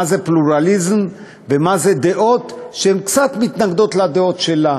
מה זה פלורליזם ומה זה דעות שהן קצת מתנגדות לדעות שלה.